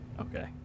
Okay